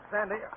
Sandy